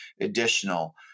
additional